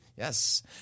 Yes